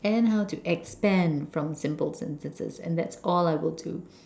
and how to expand from simple sentences and that's all I will do